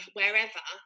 wherever